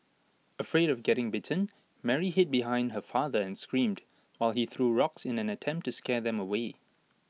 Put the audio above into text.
afraid of getting bitten Mary hid behind her father and screamed while he threw rocks in an attempt to scare them away